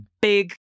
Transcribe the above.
big